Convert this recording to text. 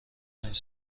پنج